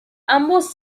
ambos